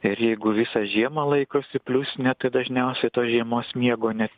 ir jeigu visą žiemą laikosi pliusinė tai dažniausiai tos žiemos miego net